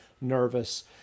nervous